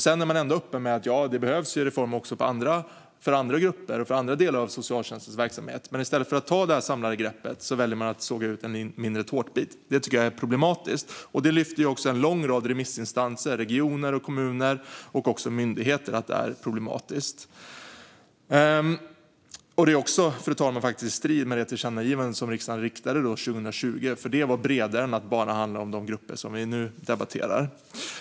Sedan är man ändå öppen och säger: Det behövs reformer också för andra grupper och andra delar av socialtjänstens verksamhet. Men i stället för att ta det samlade greppet väljer alltså regeringen att såga ut en mindre tårtbit. Det tycker jag är problematiskt. En lång rad remissinstanser - regioner, kommuner och även myndigheter - menar också att det här är problematiskt. Fru talman! Detta är faktiskt också i strid med det tillkännagivande som riksdagen riktade 2020, för det var bredare än att bara handla om de grupper som vi nu debatterar.